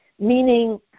Meaning